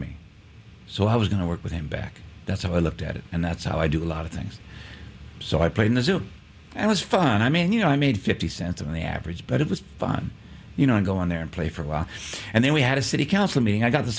me so i was going to work with him back that's how i looked at it and that's how i do a lot of things so i played in a zoo it was fun i mean you know i made fifty cents on the average but it was fun you know to go in there and play for a while and then we had a city council meeting i got the